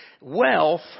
wealth